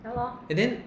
and then